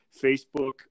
facebook